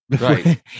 Right